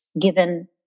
given